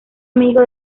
amigo